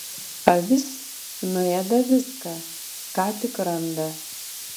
avis nuėda viską ką tik randa